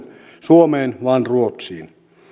suomeen vaan ruotsiin